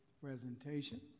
presentation